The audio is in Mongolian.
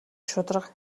шударга